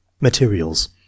Materials